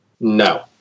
No